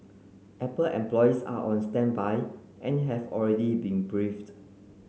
Apple employees are on standby and have already been briefed